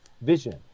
vision